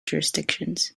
jurisdictions